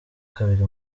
kabiri